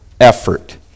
effort